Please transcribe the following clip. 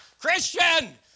Christian